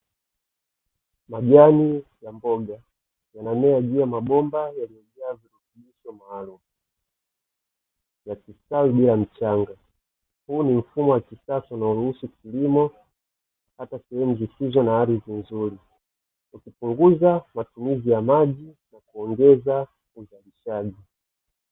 Majani ya mboga yaliyo juu ya mabomba yakistawi bila huu mfumo wa kisasa wa kilimo hata sehemu zisizo na ardhi nzuri ukipunguza matumizi ya maji na kuongeza uzalishaji.